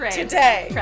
today